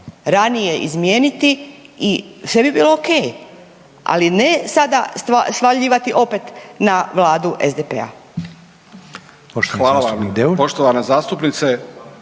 ranije izmijeniti i sve bi bilo ok, ali ne sada svaljivati opet na vladu SDP-a.